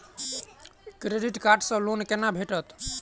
Credit card सँ loan कोना भेटत?